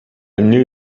new